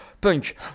punk